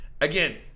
Again